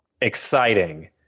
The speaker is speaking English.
exciting